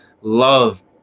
love